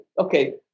Okay